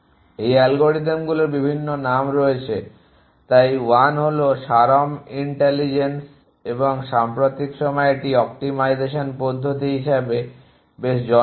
এই অ্যালগরিদমগুলির বিভিন্ন নাম রয়েছে তাই 1 হল স্বারম ইন্টেলিজেন্স এবং সাম্প্রতিক সময়ে এটি অপ্টিমাইজেশন পদ্ধতি হিসাবে বেশ জনপ্রিয়